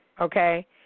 Okay